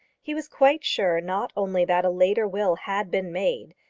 he was quite sure not only that a later will had been made,